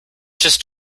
just